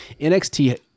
NXT